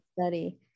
study